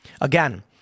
Again